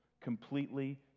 Completely